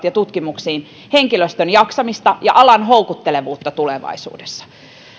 ja tutkimuksiin jotka koskettavat henkilöstön jaksamista ja alan houkuttelevuutta tulevaisuudessa